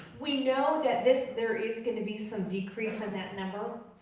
we know that this, there is gonna be some decrease in that number,